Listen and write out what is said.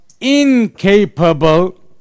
incapable